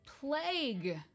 Plague